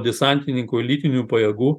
desantininkų elitinių pajėgų